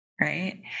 right